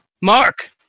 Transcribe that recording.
Mark